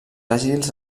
àgils